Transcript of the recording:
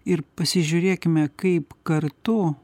ir pasižiūrėkime kaip kartu